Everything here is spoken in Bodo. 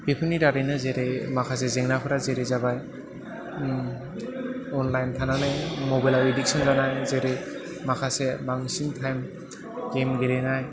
बेफोरनि दारैनो जेरै माखासे जेंनाफोरा जेरै जाबाय अनलाइन थानानै मबाइलाव इडुकेसन लानाय जेरै माखासे बांसिन टाइम गेम गेलेनाय